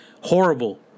horrible